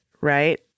right